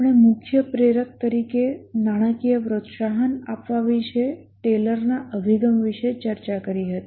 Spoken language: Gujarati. આપણે મુખ્ય પ્રેરક તરીકે નાણાકીય પ્રોત્સાહન આપવા વિશે ટેલરના અભિગમ વિશે ચર્ચા કરી હતી